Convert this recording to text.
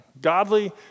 Godly